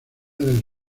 del